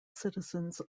citizens